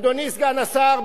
אדוני סגן השר,